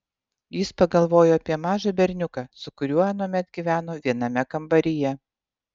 jis pagalvojo apie mažą berniuką su kuriuo anuomet gyveno viename kambaryje